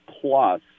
plus